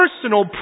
personal